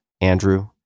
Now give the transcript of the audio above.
Andrew